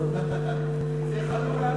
זה חלול.